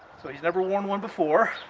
so he's never worn one before